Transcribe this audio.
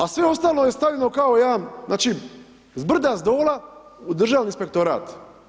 A sve ostalo je stavljeno kao jedan, znači, s brda, s dola u Državni inspektorat.